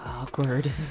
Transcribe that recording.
awkward